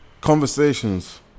conversations